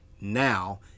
now